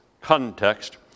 context